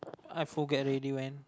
I forget already when